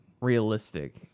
realistic